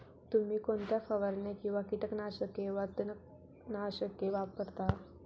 तुम्ही कोणत्या फवारण्या किंवा कीटकनाशके वा तणनाशके वापरता?